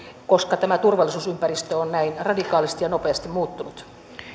koska tämä turvallisuusympäristö on näin radikaalisti ja nopeasti muuttunut